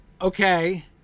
okay